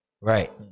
right